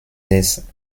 des